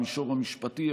המישור המשפטי,